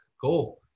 Cool